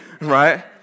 right